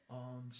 on